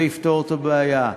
זה יפתור את הבעיה.